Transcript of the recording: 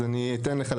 אז אני אתן לך.